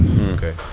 okay